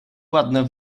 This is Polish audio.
ładne